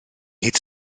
hyd